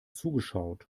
zugeschaut